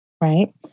Right